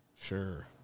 sure